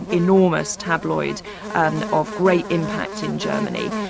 enormous tabloid and of great impact in germany,